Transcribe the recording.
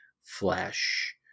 flesh